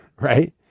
right